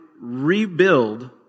rebuild